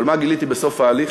אבל מה גיליתי בסוף ההליך?